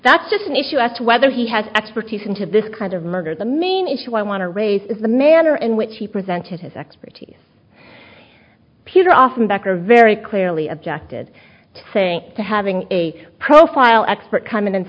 that's just an issue asked whether he has expertise into this kind of murder the main issue i want to raise is the manner in which he presented his expertise puter off my back are very clearly objected to saying to having a profile expert come in and